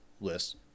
list